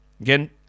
Again